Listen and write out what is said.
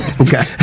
Okay